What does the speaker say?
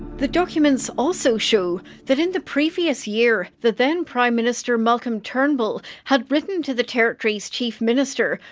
the documents also show that, in the previous year, the then-prime minister malcolm turnbull had written to the territory's chief minister,